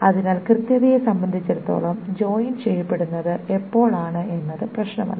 അതിനാൽ കൃത്യതയെ സംബന്ധിച്ചിടത്തോളം ജോയിൻ ചെയ്യപ്പെടുന്നത് എപ്പോളാണ് എന്നത് പ്രശ്നമല്ല